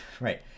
Right